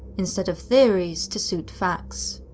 instead of theories to suit facts.